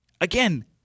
Again